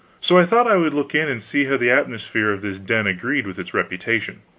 so i thought i would look in and see how the atmosphere of this den agreed with its reputation.